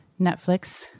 Netflix